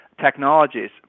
technologies